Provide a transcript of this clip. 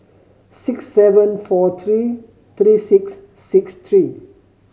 six seven four three three six six three